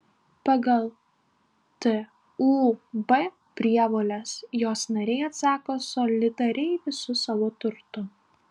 pagal tūb prievoles jos nariai atsako solidariai visu savo turtu